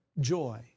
joy